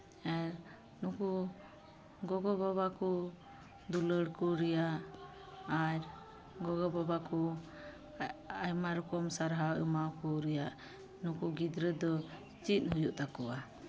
ᱟᱨ ᱱᱩᱠᱩ ᱜᱚᱜᱚᱼᱵᱟᱵᱟ ᱠᱚ ᱫᱩᱞᱟᱹᱲ ᱠᱚ ᱨᱮᱭᱟᱜ ᱟᱨ ᱜᱚᱜᱚᱼᱵᱟᱵᱟ ᱠᱚ ᱽᱟᱭᱢᱟ ᱨᱚᱠᱚᱢ ᱥᱟᱨᱦᱟᱣ ᱮᱢᱟ ᱠᱚ ᱨᱮᱭᱟᱜ ᱱᱩᱠᱩ ᱜᱤᱫᱽᱨᱟᱹ ᱫᱚ ᱪᱮᱫ ᱦᱩᱭᱩᱜ ᱛᱟᱠᱚᱣᱟ